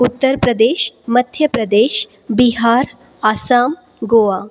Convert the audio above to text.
Uttar Pradesh Madhya Pradesh Bihar Assam Goa